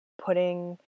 putting